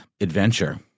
adventure